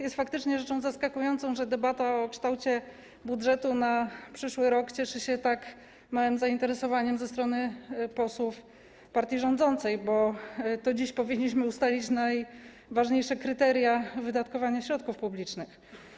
Jest faktycznie rzeczą zaskakującą, że debata o kształcie budżetu na przyszły rok cieszy się tak małym zainteresowaniem ze strony posłów partii rządzącej, bo to dziś powinniśmy ustalić najważniejsze kryteria wydatkowania środków publicznych.